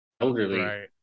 elderly